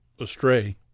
astray